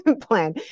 plan